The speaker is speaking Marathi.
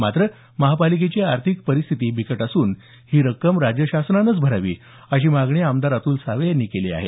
मात्र महापालिकेची आर्थिक परिस्थिती ही बिकट असून ही रक्कम राज्य शासनानेच भरावी अशी मागणी आमदार अतुल सावे यांनी केली आहे